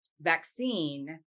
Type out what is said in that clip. vaccine